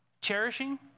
cherishing